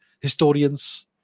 historians